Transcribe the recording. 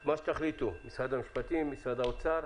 מה שתחליטו ביניכם, משרד המשפטים או משרד האוצר.